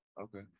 Okay